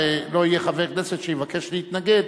ולא יהיה חבר כנסת שיבקש להתנגד,